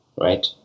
right